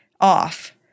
off